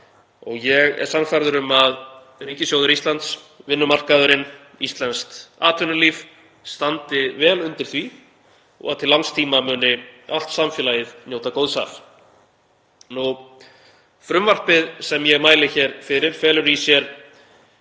Ég er sannfærður um að ríkissjóður Íslands, vinnumarkaðurinn og íslenskt atvinnulíf standi vel undir því og að til langs tíma muni allt samfélagið njóta góðs af. Frumvarpið sem ég mæli hér fyrir felur í sér